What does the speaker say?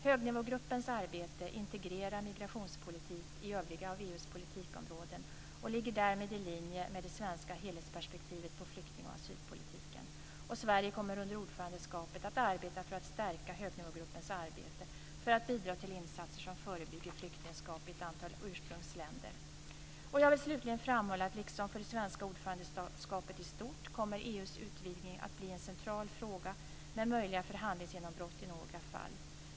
Högnivågruppens arbete integrerar migrationspolitik i EU:s övriga politikområden och ligger därmed i linje med det svenska helhetsperspektivet på flyktingoch asylpolitiken. Sverige kommer som ordförandeland att arbeta för att stärka högnivågruppens arbete för att bidra till insatser som förebygger flyktingskap i ett antal ursprungsländer. Jag vill slutligen framhålla att för det svenska ordförandeskapet i stort kommer EU:s utvidgning att bli en central fråga med möjliga förhandlingsgenombrott i några fall.